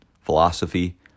philosophy